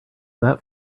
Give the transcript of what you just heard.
that